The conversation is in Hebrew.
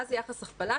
מה זה יחס הכפלה?